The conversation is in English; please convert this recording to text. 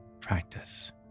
practice